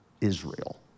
Israel